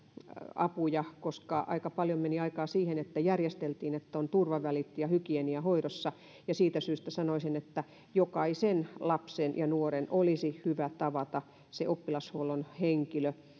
apuja koska aika paljon meni aikaa siihen että järjesteltiin että on turvavälit ja hygienia hoidossa ja siitä syystä sanoisin että jokaisen lapsen ja nuoren olisi hyvä tavata se oppilashuollon henkilö jo